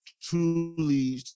truly